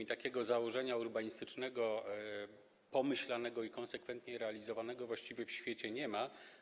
I takiego założenia urbanistycznego, pomyślanego i konsekwentnie realizowanego, właściwie w świecie nie ma.